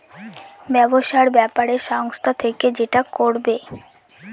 ব্যবসার ব্যাপারে সংস্থা থেকে যেটা করবে